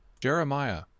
Jeremiah